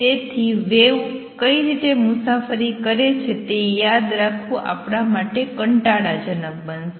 તેથી વેવ કઈ રીતે મુસાફરી કરે છે તે યાદ રાખવું આપણાં માટે કંટાળાજનક બનીશે